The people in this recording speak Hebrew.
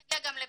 נגיע גם לבג"צ.